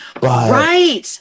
Right